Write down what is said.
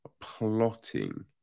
plotting